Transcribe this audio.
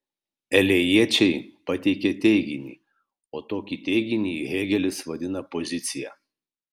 elėjiečiai pateikė teiginį o tokį teiginį hėgelis vadina pozicija